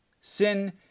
Sin